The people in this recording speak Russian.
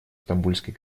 стамбульской